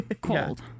cold